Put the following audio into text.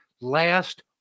last